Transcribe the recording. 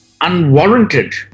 unwarranted